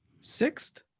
sixth